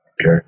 okay